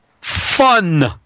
Fun